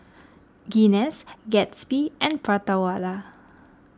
Guinness Gatsby and Prata Wala